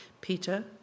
Peter